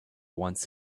once